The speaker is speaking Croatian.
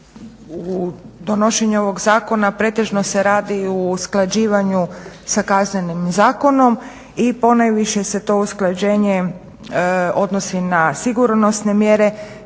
u donošenju ovog zakona pretežno se radi o usklađivanju sa KZ-om i ponajviše se to usklađenje odnosi na sigurnosne mjere